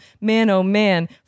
man-oh-man